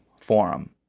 forum